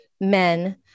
men